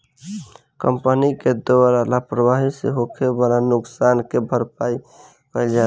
company के द्वारा लापरवाही से होखे वाला नुकसान के भरपाई कईल जाला